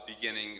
beginning